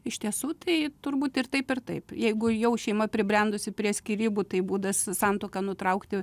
iš tiesų tai turbūt ir taip ir taip jeigu jau šeima pribrendusi prie skyrybų tai būdas santuoką nutraukti